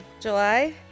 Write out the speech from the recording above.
July